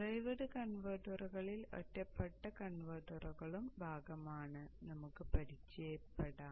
derived കൺവെർട്ടറുകളിൽ ഒറ്റപ്പെട്ട കൺവെർട്ടറുകളും ഭാഗമാണ് നമുക്ക് പരിചയപ്പെടാം